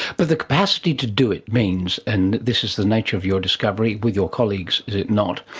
but the capacity to do it means, and this is the nature of your discovery with your colleagues, is it not,